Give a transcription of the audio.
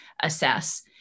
assess